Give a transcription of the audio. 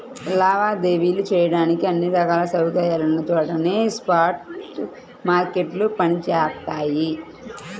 లావాదేవీలు చెయ్యడానికి అన్ని రకాల సౌకర్యాలున్న చోటనే స్పాట్ మార్కెట్లు పనిచేత్తయ్యి